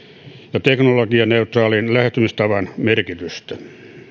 ja teknologianeutraalin lähestymistavan merkitystä